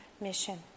mission